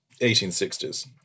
1860s